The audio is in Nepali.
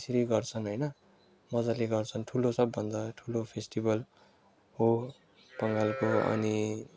त्यसरी गर्छन् होइन मजाले गर्छन् ठुलो सबभन्दा ठुलो फेस्टिभल हो बङ्गालको अनि